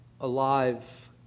alive